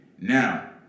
Now